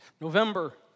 November